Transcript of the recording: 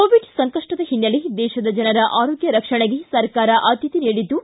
Covid ಸಂಕಷ್ವದ ಹಿನ್ನೆಲೆ ದೇಶದ ಜನರ ಆರೋಗ್ಯ ರಕ್ಷಣೆಗೆ ಸರ್ಕಾರ ಆದ್ದತೆ ನೀಡಿದ್ದು